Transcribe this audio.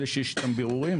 לגבי אלה שיש לגביהם בירורים